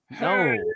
No